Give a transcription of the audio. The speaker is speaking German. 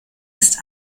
ist